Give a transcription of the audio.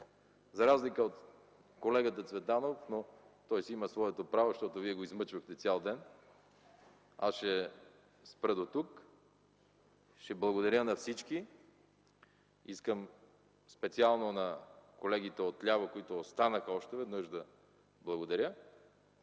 За разлика от колегата Цветанов, но той си има своето право, защото вие го измъчвахте цял ден, аз ще спра дотук – ще благодаря на всички. Искам специално на колегите отляво, които останаха, още веднъж да благодаря.